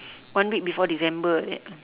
one week before december like that